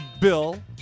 Bill